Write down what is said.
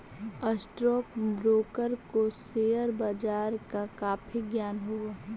stock broker को share बाजार का काफी ज्ञान हो हई